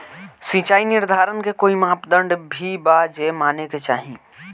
सिचाई निर्धारण के कोई मापदंड भी बा जे माने के चाही?